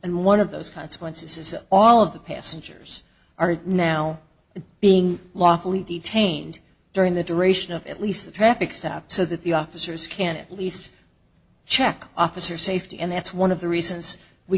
and one of those consequences is that all of the passengers are now being lawfully detained during the duration of at least a traffic stop so that the officers can at least check officer safety and that's one of the reasons we